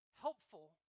helpful